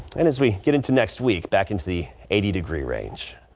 and as we get into next week back into the eighty degree range.